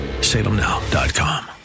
Salemnow.com